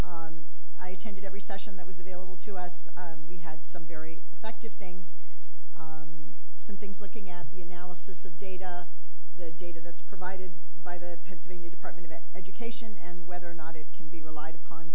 instructor i attended every session that was available to us we had some very effective things some things looking at the analysis of data the data that's provided by the pennsylvania department of education and whether or not it can be relied upon